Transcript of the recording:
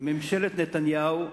ממשלת נתניהו קיצצה.